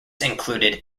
included